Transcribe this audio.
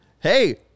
Hey